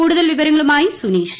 കൂടൂതൽ വിവരങ്ങളുമായി സുനീഷ്